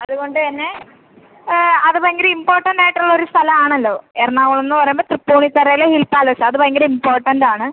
അതുകൊണ്ട് തന്നെ അത് ഭയങ്കര ഇമ്പോർട്ടൻ്റ് ആയിട്ടുള്ള ഒരു സ്ഥലം ആണല്ലോ എറണാകുളം എന്ന് പറയുമ്പോൾ തൃപ്പൂണിത്തറയിലെ ഹിൽ പാലസ് അത് ഭയങ്കരം ഇമ്പോർട്ടൻ്റ് ആണ്